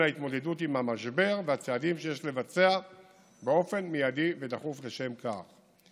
ההתמודדות עם המשבר והצעדים שיש לבצע באופן מיידי ודחוף לשם כך.